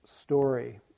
story